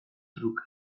truke